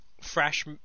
fresh